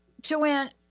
Joanne